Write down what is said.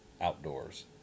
Outdoors